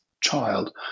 child